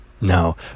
No